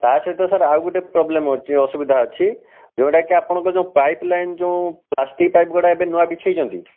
ତା ସହିତ ସାର୍ ଆଉ ଗୋଟେ ପ୍ରୋବ୍ଲେମ୍ ଅଛି ଅସୁବିଧା ଅଛି ଯେଉଁଟା କି ଆପଣଙ୍କ ଯେଉଁ ପାଇପ୍ ଲାଇନ୍ ଯେଉଁ ପ୍ଲାଷ୍ଟିକ୍ ପାଇପ୍ଗୁଡ଼ା ଏବେ ନୂଆ ବିଛାଇଛନ୍ତି